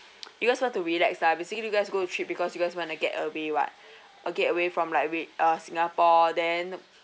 you guys want to be like is like been saying you guys go to trip because you guys want a get away what a get away from like re~ uh singapore then